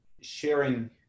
sharing